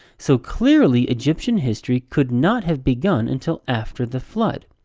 so clearly, egyptian history could not have begun until after the flood.